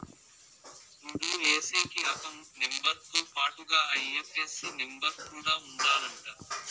దుడ్లు ఏసేకి account number తో పాటుగా ఐ.ఎఫ్.ఎస్.సి నెంబర్ కూడా ఉండాలంట